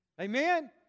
Amen